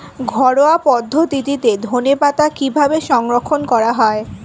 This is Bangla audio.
ঘরোয়া পদ্ধতিতে ধনেপাতা কিভাবে সংরক্ষণ করা হয়?